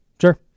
Sure